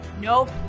Nope